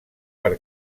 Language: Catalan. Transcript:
per